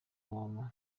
muntu